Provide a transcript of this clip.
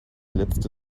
letzte